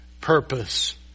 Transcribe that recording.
purpose